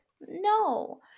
No